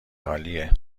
عالیه